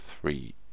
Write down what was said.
three